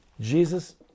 Jesus